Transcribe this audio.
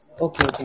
Okay